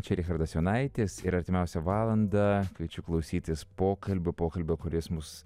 čia richardas jonaitis ir artimiausią valandą kviečiu klausytis pokalbių pokalbio kuris mus